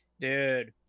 Dude